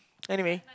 anyway